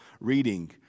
reading